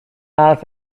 حرف